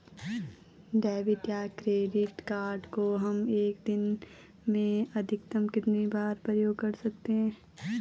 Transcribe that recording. Debit या credit card को हम एक दिन में अधिकतम कितनी बार प्रयोग कर सकते हैं?